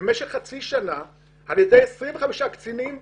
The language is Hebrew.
במשך חצי שנה על ידי 25 קצינים בכירים,